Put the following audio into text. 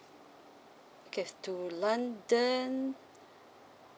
okay to london